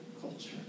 culture